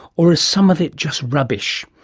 or is some of it just rubbish?